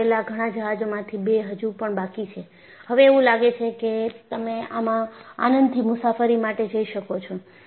બનાવેલા ઘણા જહાજોમાંથી બે હજુ પણ બાકી છે હવે એવું લાગે છે કે તમે આમાં આનંદથી મુસાફરી માટે જઈ શકો છો